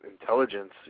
intelligence